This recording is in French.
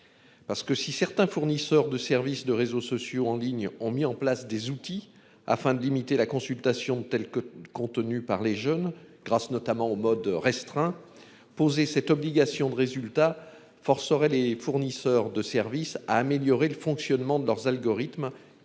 Parce que si certains fournisseurs de services de réseaux sociaux en ligne ont mis en place des outils afin de limiter la consultation telle que tenu par les jeunes grâce notamment au mode restreint poser cette obligation de résultat forcerait les fournisseurs de service à améliorer le fonctionnement de leurs algorithmes qui tendent